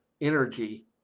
energy